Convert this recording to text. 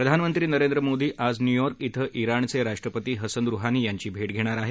प्रधानमंत्री नरेंद्र मोदी आज न्यूयॉर्क श्व ज्ञाणचे राष्ट्रपती हसन रुहानी यांची भेट घेणार आहेत